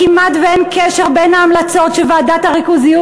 כמעט שאין קשר בין ההמלצות שוועדת הריכוזיות